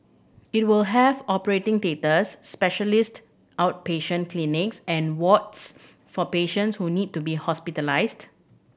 it will have operating theatres specialist outpatient clinics and wards for patients who need to be hospitalised